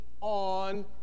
on